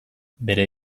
bere